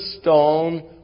stone